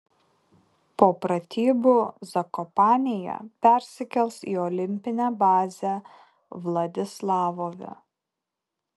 po pratybų zakopanėje persikels į olimpinę bazę vladislavove